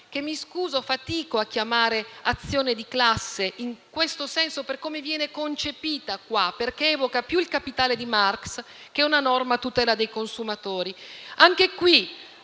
che - mi scuso - fatico a chiamare azione di classe in questo senso, per come viene concepita qui, in quanto evoca più «Il Capitale» di Marx che una norma a tutela dei consumatori. Anche qui,